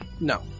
No